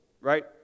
right